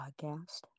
podcast